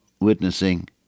witnessing